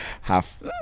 Half